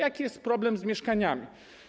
Jaki jest problem z mieszkaniami?